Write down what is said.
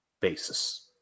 basis